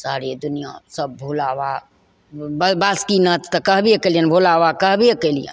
सारे दुनिआँ सब भोलाबाबा बासुकीनाथ तऽ कहबे कएलिअनि भोलाबाबा कहबे कएलिअनि